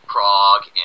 Prague